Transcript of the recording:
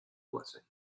blessing